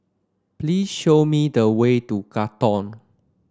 please show me the way to Katong